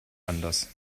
anders